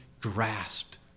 grasped